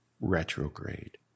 retrograde